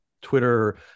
Twitter